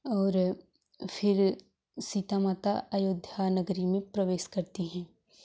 और फिर सीता माता अयोध्या नगरी में प्रवेश करती हैं